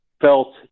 felt